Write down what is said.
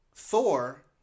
Thor